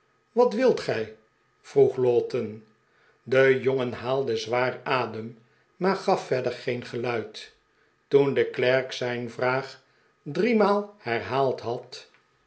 wat wilt gij vroeg lowten de jongen haalde zwaar adem maar gaf verder geen geluid toen de klerk zijn vraag driemaal herhaald had